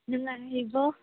ꯅꯨꯡꯉꯥꯏꯔꯤꯕꯣ